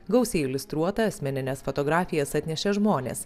gausiai iliustruota asmenines fotografijas atnešė žmonės